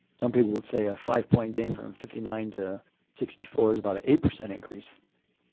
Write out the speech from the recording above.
some people would say a five point gain from fifty nine to sixty four is about an eight percent increase.